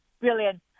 Brilliant